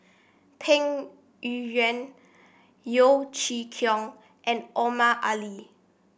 Peng Yuyun Yeo Chee Kiong and Omar Ali